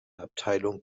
abteilung